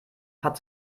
hat